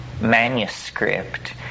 manuscript